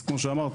אז כמו שאמרתי,